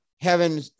heaven